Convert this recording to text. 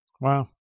Wow